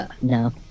No